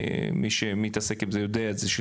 מי שמתעסק עם זה יודע את זה,